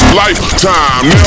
lifetime